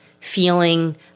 feeling